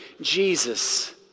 Jesus